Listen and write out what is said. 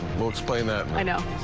we'll explain that one. you know